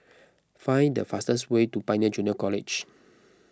find the fastest way to Pioneer Junior College